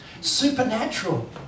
Supernatural